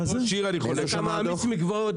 כשאתה מעמיס מקוואות,